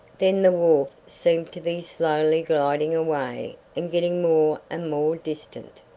then the wharf seemed to be slowly gliding away and getting more and more distant,